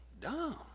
dumb